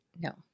no